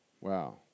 Wow